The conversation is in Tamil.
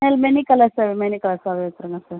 மெனி கலர்ஸாகவே மெனி கலர்ஸாகவே வெச்சிருங்க சார்